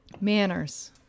manners